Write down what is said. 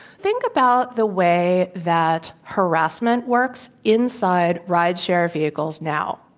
think about the way that harassment works inside ride share vehicles now.